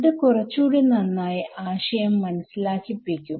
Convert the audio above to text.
ഇത് കുറച്ചൂടെ നന്നായി ആശയം മനസ്സിലാക്കിപ്പിക്കും